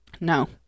No